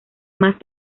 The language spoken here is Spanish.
más